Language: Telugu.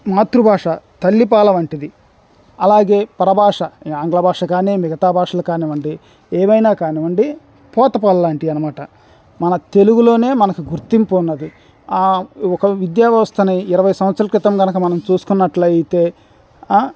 మాతృభాష తల్లిపాల వంటిది అలాగే పరభాష ఆంగ్ల భాష కానీ మిగతా భాషలు కానివ్వండి ఏవైనా కానివ్వండి పోత పాలు లాంటివి అనమాట మన తెలుగులోనే మనకు గుర్తింపు ఉన్నది ఒక విద్యా వ్యవస్థని ఇరవై సంవత్సరాలు క్రితం కనుక మనం చూసుకున్నట్లయితే